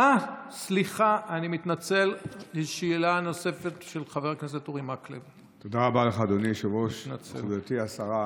היא עדיין גורם התמותה הראשון בשכיחותו בארץ,